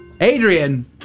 Adrian